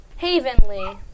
Havenly